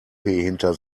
hinter